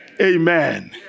amen